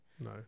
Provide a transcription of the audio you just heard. No